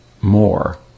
more